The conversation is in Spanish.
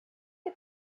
que